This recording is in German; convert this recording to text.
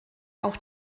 auch